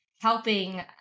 helping